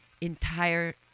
entire